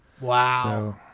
Wow